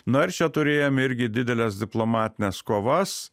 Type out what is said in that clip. na ir čia turėjom irgi dideles diplomatines kovas